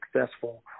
successful